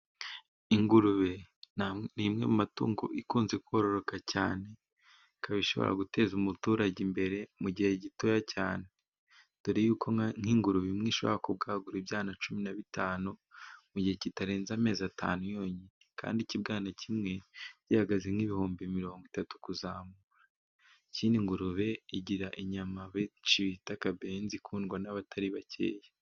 Ingurube ni imwe matungo ikunze kororoka cyane ikaba ishobora guteza umuturage imbere mu gihe gitoya cyane, dore y'uko nk'ingurube imwe ishobora kubwagura ibyana cumi na bitanu mu gihe kitarenze amezi atanu yonyine, kandi ikibwana kimwe gihagaze nk'ibihumbi mirongo itatu kuzamura. Ikindi ingurube igira inyama benshi bita akabenzi ikundwa n'abatari bakeya.